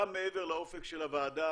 גם מעבר לאופק של הוועדה,